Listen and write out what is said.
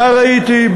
נער הייתי,